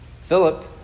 Philip